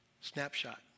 Snapshot